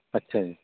ਅੱਛਾ ਜੀ